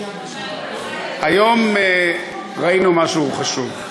היום ראינו משהו חשוב.